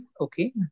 Okay